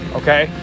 okay